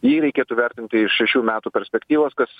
jį reikėtų vertinti iš iš šių metų perspektyvos kas